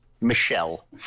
Michelle